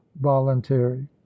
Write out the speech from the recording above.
voluntary